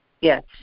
Yes